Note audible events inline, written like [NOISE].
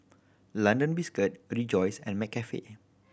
London Biscuit [UNINTELLIGIBLE] Rejoice and McCafe